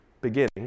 beginning